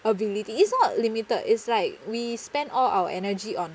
ability is not limited is like we spend all our energy on